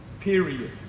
Period